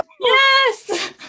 Yes